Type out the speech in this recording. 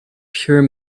pure